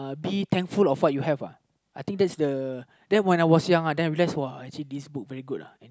be thankful of what you have lah I think that's the then when I was young uh then I realise uh actually this book very good lah